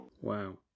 Wow